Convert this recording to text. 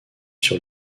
sur